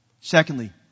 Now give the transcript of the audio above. Secondly